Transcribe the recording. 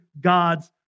God's